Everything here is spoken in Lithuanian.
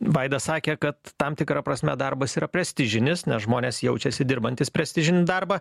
vaidas sakė kad tam tikra prasme darbas yra prestižinis nes žmonės jaučiasi dirbantys prestižinį darbą